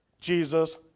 Jesus